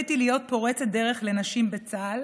זכיתי להיות פורצת דרך לנשים בצה"ל